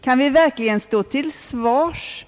Kan vi verk ligen stå till svars